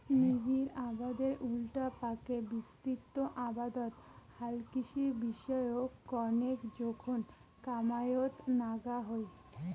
নিবিড় আবাদের উল্টাপাকে বিস্তৃত আবাদত হালকৃষি বিষয়ক কণেক জোখন কামাইয়ত নাগা হই